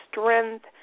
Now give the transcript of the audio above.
strength